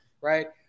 right